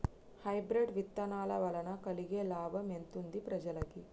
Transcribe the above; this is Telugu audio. హైబ్రిడ్ విత్తనాల వలన కలిగే లాభం ఎంతుంది ప్రజలకి?